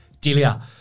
Delia